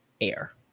air